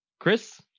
Chris